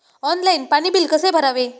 Online पाणी bill कसे भरावे?